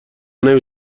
نمی